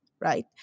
right